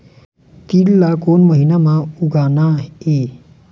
तील ला कोन महीना म उगाना ये?